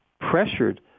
pressured